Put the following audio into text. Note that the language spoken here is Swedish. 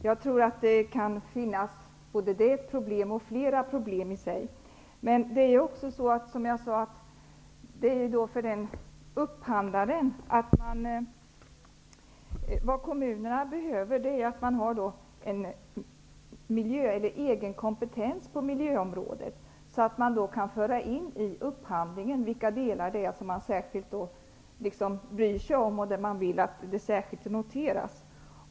Herr talman! Jag tror att både detta problem och andra kan finnas. Kommunerna behöver en egen kompetens på miljöområdet. Då kan de föra in i upphandlingen de delar som de särskilt bryr sig om och de som särskilt skall noteras.